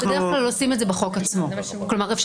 אנחנו --- אנחנו בדרך כלל עושים את זה בחוק עצמו.